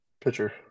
pitcher